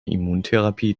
immuntherapie